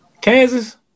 Kansas